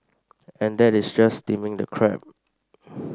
and that is just steaming the crab